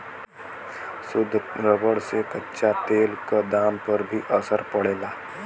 शुद्ध रबर से कच्चा तेल क दाम पर भी असर पड़ला